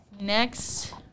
Next